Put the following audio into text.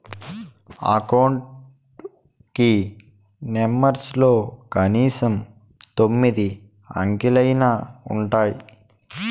account కి నెంబర్లలో కనీసం తొమ్మిది అంకెలైనా ఉంటాయి